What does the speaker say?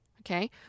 okay